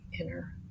inner